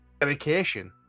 dedication